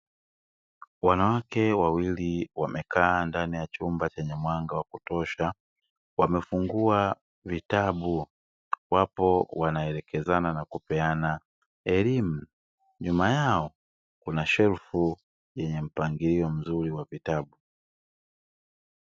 Wanawake wawili wamekaa ndani ya chumba chenye mwanga wa kutosha wamefungua vitabu wapo wanaelekezana na kupeana elimu, nyuma yao kuna shelfu yenye mpangilio mzuri wa vitabu.